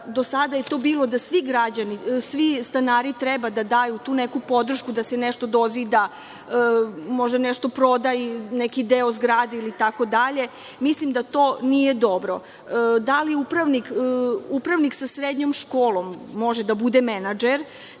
Do sada je to bilo da svi stanari treba da daju tu neku podršku da se nešto dozida, možda nešto proda, neki deo zgrade itd, mislim da to nije dobro. Da li upravnik sa srednjom školom može da bude menadžer